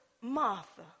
Martha